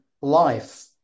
life